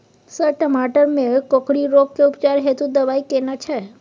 Sir टमाटर में कोकरि रोग के उपचार हेतु दवाई केना छैय?